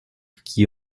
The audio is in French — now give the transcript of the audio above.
qui